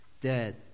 dead